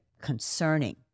concerning